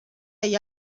hay